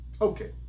Okay